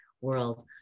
world